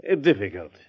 difficult